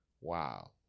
Wow